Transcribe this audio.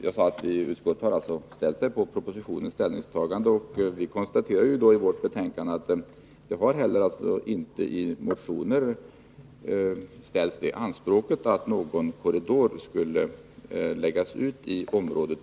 Utskottsmajoriteten har alltså stött propositionen, och det konstateras i betänkandet att det inte heller i motioner har framförts något krav på att det nu skall öppnas en korridor i området.